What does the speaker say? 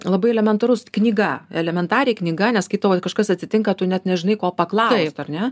labai elementarus knyga elementariai knyga nes kai tau kažkas atsitinka tu net nežinai ko paklaust ar ne